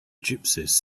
gypsies